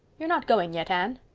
you're not going yet, anne?